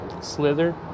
slither